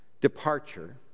departure